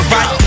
Right